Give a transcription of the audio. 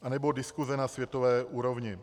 Anebo diskuse na světové úrovni.